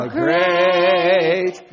great